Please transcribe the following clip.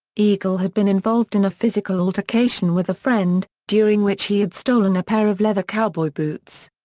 eagle had been involved in a physical altercation with a friend, during which he had stolen a pair of leather cowboy boots.